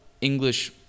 English